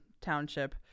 township